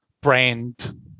brand